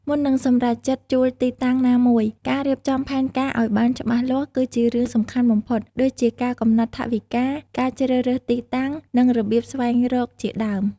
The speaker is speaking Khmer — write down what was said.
មុននឹងសម្រេចចិត្តជួលទីតាំងណាមួយ ការរៀបចំផែនការឱ្យបានច្បាស់លាស់គឺជារឿងសំខាន់បំផុត ដូចជាការកំណត់ថវិកា ការជ្រើសរើសទីតាំង និងរបៀបស្វែងរកជាដើម។